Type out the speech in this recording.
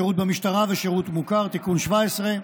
(שירות במשטרה ושירות מוכר) (תיקון מס' 17),